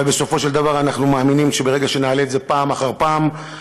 אבל בסופו של דבר אנחנו מאמינים שברגע שנעלה את זה פעם אחר פעם,